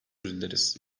dileriz